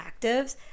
actives